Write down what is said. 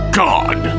god